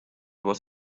was